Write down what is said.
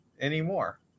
anymore